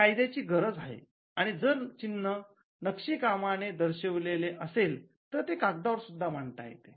ही कायद्याची गरज आहे आणि जर चिन्ह नक्षीकामाने दर्शवलेली असेल तर ते कागदावर सुद्धा मांडता येते